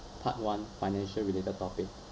part one financial related topic